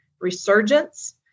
resurgence